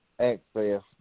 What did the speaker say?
access